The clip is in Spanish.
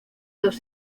dos